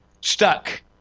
stuck